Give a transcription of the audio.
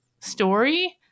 story